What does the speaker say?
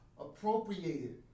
appropriated